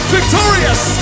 Victorious